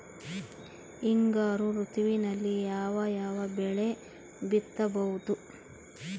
ಹಿಂಗಾರು ಋತುವಿನಲ್ಲಿ ಯಾವ ಯಾವ ಬೆಳೆ ಬಿತ್ತಬಹುದು?